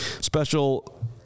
special